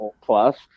plus